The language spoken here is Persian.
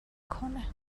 کنه